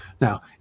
Now